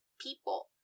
people